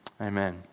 Amen